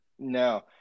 No